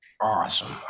Awesome